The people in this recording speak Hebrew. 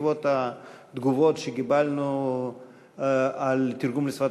זה בעקבות התגובות שקיבלנו על תרגום לשפת